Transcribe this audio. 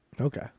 okay